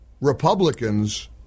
Republicans